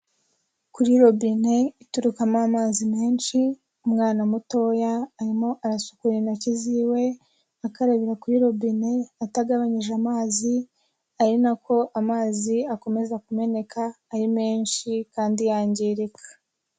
Kuri robine iturukamo amazi menshi, umwana mutoya arimo arasukura intoki ziwe akarabira kuri robine atagabanyije amazi, ari na ko amazi akomeza kumeneka ari menshi kandi yangirika.